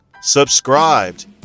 subscribed